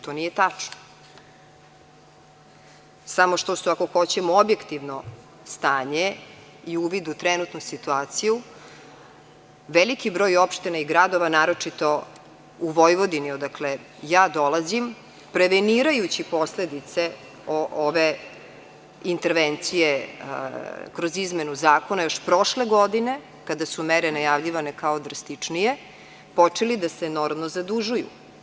To nije tačno, samo ako hoćemo objektivno stanje i uvid u trenutnu situaciju, veliki broj opština i gradova naročito u Vojvodini odakle dolazim, prevenirajući posledice ove intervencije kroz izmenu zakona još prošle godine kada su mere najavljivane kao drastičnije, počeli da se enormno zadužuju.